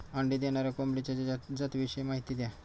अंडी देणाऱ्या कोंबडीच्या जातिविषयी माहिती द्या